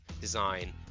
design